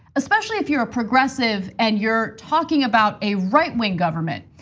especially if you're a progressive and you're talking about a right wing government,